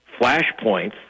Flashpoints